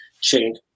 change